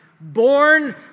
Born